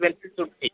benefits ఉంటాయి